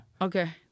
okay